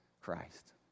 Christ